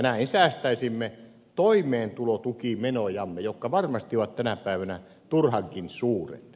näin säästäisimme toimeentulotukimenojamme jotka varmasti ovat tänä päivänä turhankin suuret